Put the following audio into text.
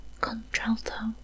Contralto